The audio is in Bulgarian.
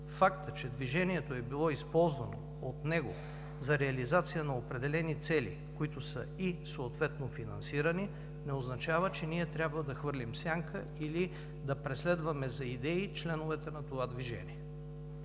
Фактът, че Движението е било използвано от него за реализация на определени цели, които съответно са и финансирани, не означава, че ние трябва да хвърлим сянка или да преследваме за идеи членовете на това движение.